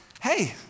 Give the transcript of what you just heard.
hey